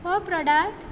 हो प्रोडक्ट